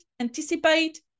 anticipate